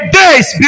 days